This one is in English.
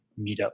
meetup